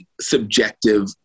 subjective